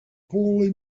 poorly